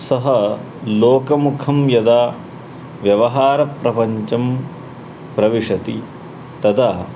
सः लोकमुखं यदा व्यवहारप्रपञ्चं प्रविशति तदा